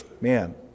man